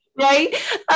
Right